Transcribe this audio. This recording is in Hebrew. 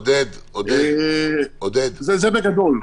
זה בגדול.